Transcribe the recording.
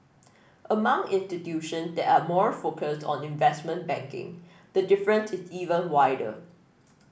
among institution that are more focused on investment banking the difference is even wider